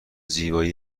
زیبایی